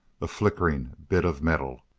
a flickering bit of metal.